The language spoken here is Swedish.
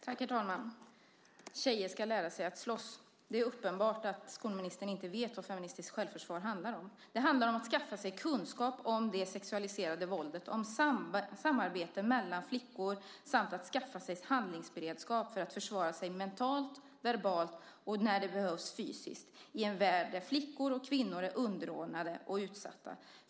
Herr talman! Tjejer ska lära sig att slåss, sade skolministern. Det är uppenbart att skolministern inte vet vad feministiskt självförsvar handlar om. Det handlar om att skaffa sig kunskap om det sexualiserade våldet, om samarbete mellan flickor samt att skaffa sig handlingsberedskap för att försvara sig mentalt, verbalt och, när det behövs, fysiskt i en värld där flickor och kvinnor är underordnade och utsatta.